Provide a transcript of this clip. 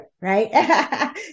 right